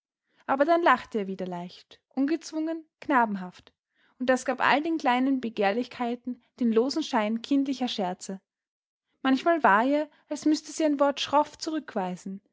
aber dann lachte er wieder leicht ungezwungen knabenhaft und das gab all den kleinen begehrlichkeiten den losen schein kindlicher scherze manchmal war ihr als müßte sie ein wort schroff zurückweisen